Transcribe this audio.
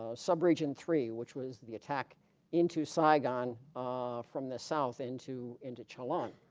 ah sub region three which was the attack into saigon from the south into into chilon and